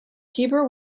hebrew